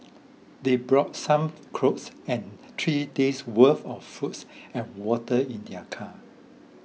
they brought some clothes and three days' worth of foods and water in their car